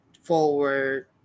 Forward